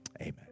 Amen